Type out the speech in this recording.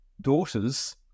Daughters